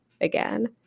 again